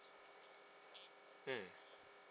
mm